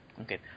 Okay